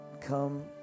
come